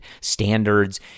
standards